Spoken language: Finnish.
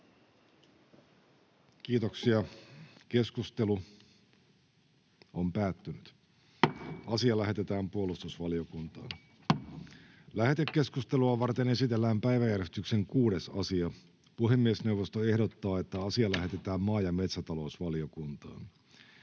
lain 121 §:n muuttamisesta Time: N/A Content: Lähetekeskustelua varten esitellään päiväjärjestyksen 8. asia. Puhemiesneuvosto ehdottaa, että asia lähetetään maa- ja metsätalousvaliokuntaan.